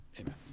Amen